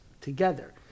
together